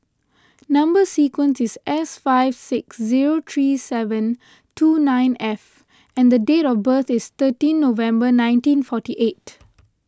Number Sequence is S five six zero three seven two nine F and date of birth is thirteen November nineteen forty eight